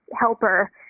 helper